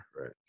right